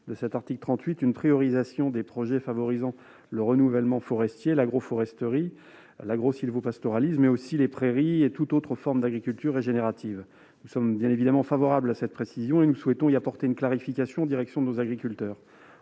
de l'article 38, une priorisation des projets favorisant le renouvellement forestier, l'agroforesterie, l'agrosylvopastoralisme, le développement des prairies et de toute autre forme d'agriculture régénérative. Bien entendu, nous sommes favorables à cette précision. Nous souhaitons simplement apporter une clarification en direction de nos agriculteurs,